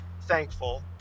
thankful